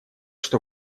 что